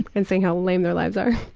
and seeing how lame their lives are.